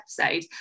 episode